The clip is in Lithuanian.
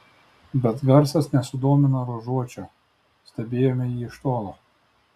bet garsas nesudomino ruožuočio stebėjome jį iš tolo